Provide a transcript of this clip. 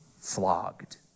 flogged